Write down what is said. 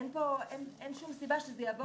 אין שום סיבה שזה יעבור שם.